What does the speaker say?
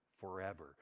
forever